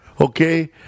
Okay